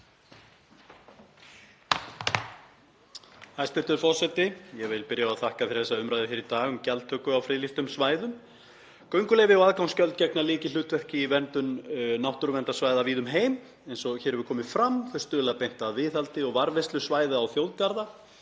Hæstv. forseti. Ég vil byrja á að þakka fyrir þessa umræðu hér í dag um gjaldtöku á friðlýstum svæðum. Gönguleyfi og aðgangsgjöld gegna lykilhlutverki í verndun náttúruverndarsvæða víða um heim eins og hér hefur komið fram. Þau stuðla beint að viðhaldi og varðveislu svæða og þjóðgarða